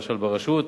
למשל ברשות,